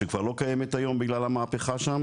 שכבר לא קיימת היום בגלל המהפכה שם